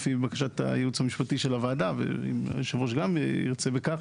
לפי בקשת הייעוץ המשפטי של הוועדה ואם יושב הראש גם ירצה בכך,